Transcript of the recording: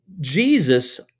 Jesus